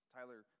Tyler